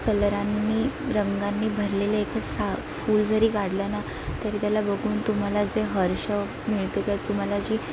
कलरांनी रंगांनी भरलेले एक सा फूल जरी काढलं ना तरी त्याला बघून तुम्हाला जे हर्ष मिळतो किंवा तुम्हाला जी